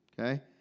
okay